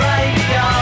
Radio